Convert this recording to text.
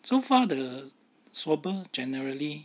so far the swabber generally